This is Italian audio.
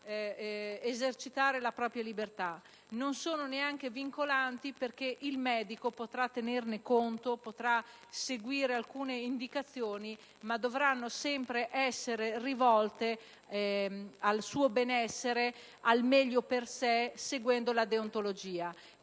esercitare la propria libertà; non sono neanche vincolanti, perché il medico potrà tenerne conto e potrà seguire alcune indicazioni, ma esse dovranno sempre essere rivolte al benessere ed al meglio per il paziente, seguendo la deontologia.